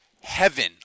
heaven